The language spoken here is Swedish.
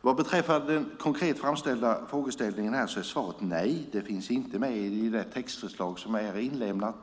Vad beträffar den konkret framställda frågeställningen är svaret nej. Det finns inte med i det textförslag som är inlämnat.